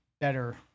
better